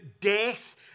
death